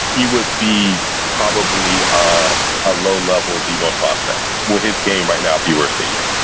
he would be probably ah a low level b e one prospect. would his game right now if he were a senior?